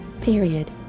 Period